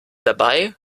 dabei